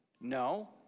No